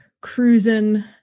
cruising